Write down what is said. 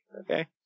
Okay